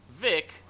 Vic